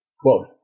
Quote